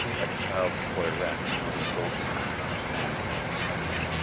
like a child's toy rack with wooden soldiers on it, expanding and contracting.